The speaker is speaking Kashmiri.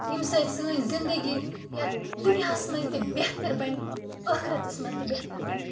ییٚمہِ سۭتۍ سٲنۍ زندگی یَتھ دُنیاہَس منٛز تہِ بہتر بَنہِ تہِ ٲخٕرَتَس منٛز تہِ بیتر بَنہِ